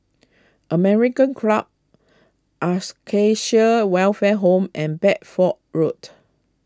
American Club Ascacia Welfare Home and Bedford Road